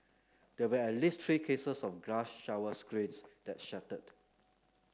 there were at least three cases of glass shower screens that shattered